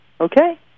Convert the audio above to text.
Okay